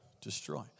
destroy